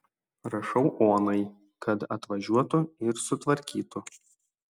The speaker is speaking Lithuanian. rašau onai kad atvažiuotų ir sutvarkytų